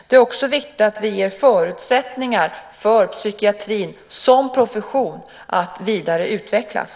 Det är också viktigt att vi ger förutsättningar för psykiatrin som profession att vidareutvecklas.